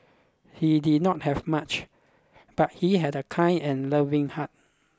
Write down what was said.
he did not have much but he had a kind and loving heart